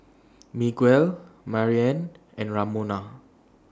Miguel Mariann and Ramona